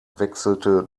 wechselte